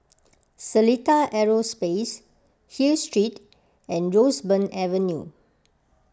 Seletar Aerospace Hill Street and Roseburn Avenue